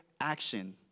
action